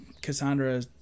Cassandra